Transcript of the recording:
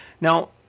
Now